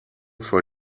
for